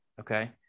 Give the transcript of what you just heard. okay